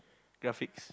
ya fixed